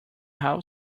house